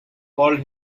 called